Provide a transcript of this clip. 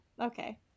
okay